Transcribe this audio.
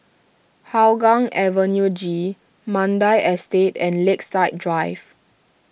Hougang Avenue G Mandai Estate and Lakeside Drive